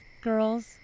Girls